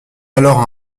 alors